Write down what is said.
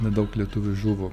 nedaug lietuvių žuvo